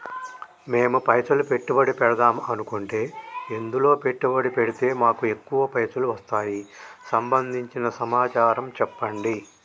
మేము పైసలు పెట్టుబడి పెడదాం అనుకుంటే ఎందులో పెట్టుబడి పెడితే మాకు ఎక్కువ పైసలు వస్తాయి సంబంధించిన సమాచారం చెప్పండి?